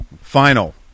Final